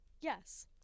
yes